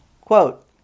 Quote